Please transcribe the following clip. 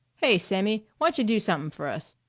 hey, sammy, wantcha do somep'm for us.